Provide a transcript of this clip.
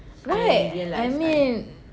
what I mean